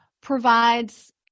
provides